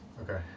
Okay